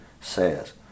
says